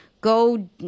go